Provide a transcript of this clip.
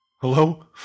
Hello